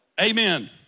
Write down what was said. Amen